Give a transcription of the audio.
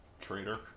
Traitor